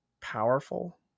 powerful